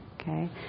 Okay